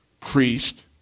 priest